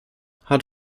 hat